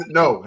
no